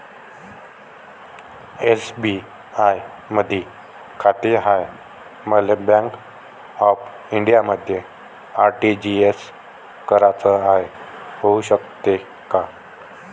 SBI मधी खाते हाय, मले बँक ऑफ इंडियामध्ये आर.टी.जी.एस कराच हाय, होऊ शकते का?